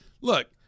look